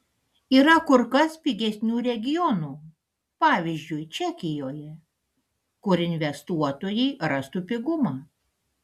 yra kur kas pigesnių regionų pavyzdžiui čekijoje kur investuotojai rastų pigumą